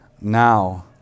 now